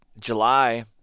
July